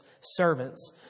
servants